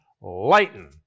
lighten